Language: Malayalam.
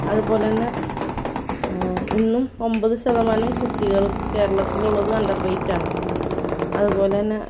അതുപോലെതന്നെ ഇന്നും ഒമ്പത് ശതമാനം കുട്ടികളും കേരളത്തിലുള്ളത് അണ്ടർ വെയ്റ്റാണ് അതുപോലതന്നെ